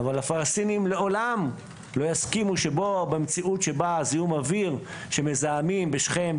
אבל הפלסטינים לעולם לא יסכימו שבמציאות שבה זיהום אוויר שמזהמים בשכם,